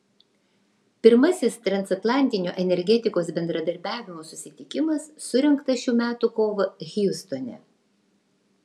pirmasis transatlantinio energetikos bendradarbiavimo susitikimas surengtas šių metų kovą hjustone